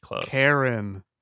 Karen